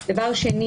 מכובדיי,